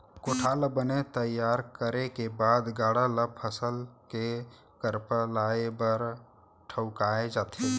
कोठार ल बने तइयार करे के बाद गाड़ा ल फसल के करपा लाए बर ठउकाए जाथे